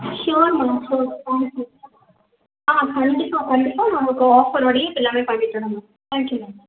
sure madam sure thank you ஆ கண்டிப்பாக கண்டிப்பாக நான் உங்களுக்கு ஆஃபரோடையே எல்லாமே பண்ணித்தரேன் மேம் தேங்க் யூ மேம்